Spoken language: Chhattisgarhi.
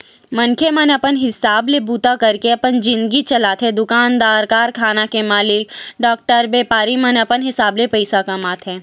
मनखे मन अपन हिसाब ले बूता करके अपन जिनगी चलाथे दुकानदार, कारखाना के मालिक, डॉक्टर, बेपारी मन अपन हिसाब ले पइसा कमाथे